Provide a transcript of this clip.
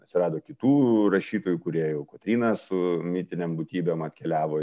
atsirado kitų rašytojų kūrėjų kotryna su mitinėm būtybėm atkeliavo